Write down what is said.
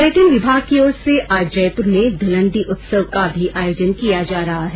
पर्यटन विभाग की ओर से आज जयपुर में धुलण्डी उत्सव का भी आयोजन किया जा रहा है